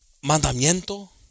mandamiento